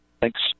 Thanks